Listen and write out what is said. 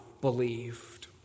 believed